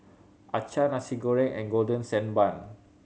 acar Nasi Goreng and Golden Sand Bun